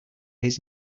his